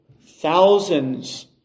thousands